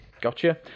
Gotcha